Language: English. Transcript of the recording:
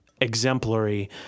exemplary